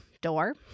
door